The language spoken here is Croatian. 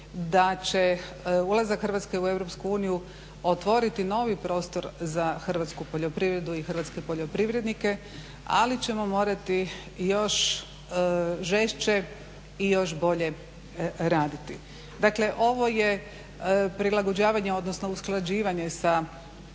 da će ulazak Hrvatske u EU otvoriti novi prostor za hrvatsku poljoprivredu i hrvatske poljoprivrednike, ali ćemo morati još žešće i još bolje raditi. Dakle ovo je prilagođavanje odnosno usklađivanje sa direktivom